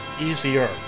easier